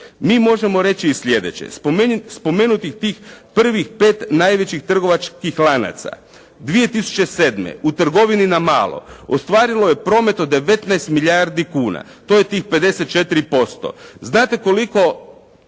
Mi možemo reći i sljedeće. Spomenutih tih prvih pet najvećih trgovačkih lanaca. 2007. u trgovini na malo ostvarilo je promet od 19 milijardi kuna, to je tih 54%. Znate koliko